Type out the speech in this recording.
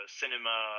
cinema